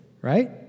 right